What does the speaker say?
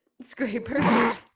scraper